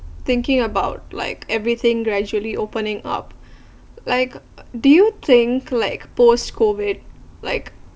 thinking about like everything gradually opening up like do you think like post COVID like